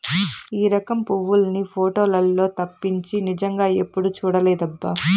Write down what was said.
ఈ రకం పువ్వుల్ని పోటోలల్లో తప్పించి నిజంగా ఎప్పుడూ చూడలేదబ్బా